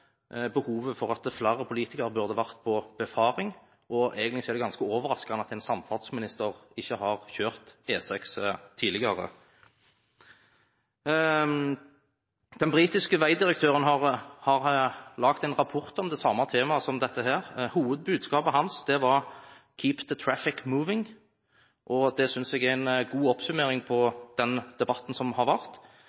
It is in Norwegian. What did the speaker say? ganske overraskende at en samferdselsminister ikke har kjørt E6 tidligere. Den britiske veidirektøren har laget en rapport om det samme temaet som dette. Hovedbudskapet hans var «keep the traffic moving». Det synes jeg er en god oppsummering